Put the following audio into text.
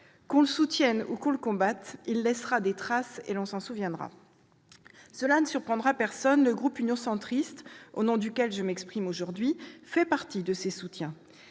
Qu'on le soutienne ou qu'on le combatte, son adoption laissera des traces, et l'on s'en souviendra. Cela ne surprendra personne, les élus du groupe Union Centriste, au nom duquel je m'exprime aujourd'hui, font partie de ses soutiens-